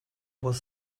was